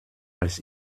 als